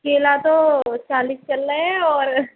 केला तो चालीस चल रहा है और